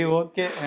okay